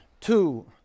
two